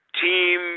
team